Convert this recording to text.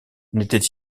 n’était